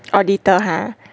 auditor ha